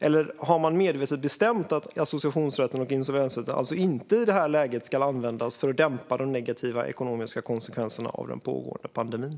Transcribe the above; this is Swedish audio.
Eller har man i detta läge medvetet bestämt att associationsrätten och insolvensrätten inte ska användas för att dämpa de negativa ekonomiska konsekvenserna av den pågående pandemin?